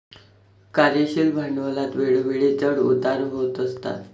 कार्यशील भांडवलात वेळोवेळी चढ उतार होत असतात